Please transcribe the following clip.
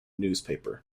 newspaper